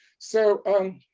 so, um,